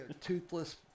toothless